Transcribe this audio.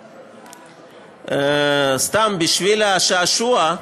אגב, סתם בשביל השעשוע,